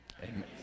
Amen